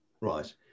Right